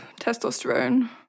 testosterone